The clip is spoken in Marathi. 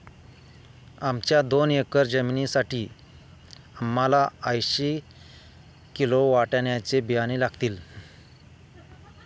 आमच्या दोन एकर जमिनीसाठी आम्हाला ऐंशी किलो वाटाण्याचे बियाणे लागतील